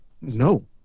no